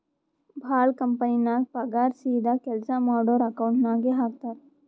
ಭಾಳ ಕಂಪನಿನಾಗ್ ಪಗಾರ್ ಸೀದಾ ಕೆಲ್ಸಾ ಮಾಡೋರ್ ಅಕೌಂಟ್ ನಾಗೆ ಹಾಕ್ತಾರ್